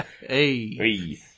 Hey